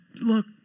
look